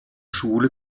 schule